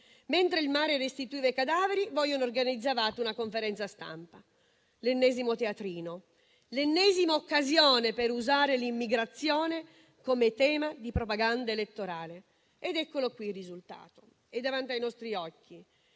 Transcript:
Mentre il mare restituiva i cadaveri, voi organizzavate una conferenza stampa: l'ennesimo teatrino, l'ennesima occasione per usare l'immigrazione come tema di propaganda elettorale. Eccolo qui il risultato, è davanti ai nostri occhi: